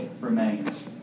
remains